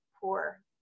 poor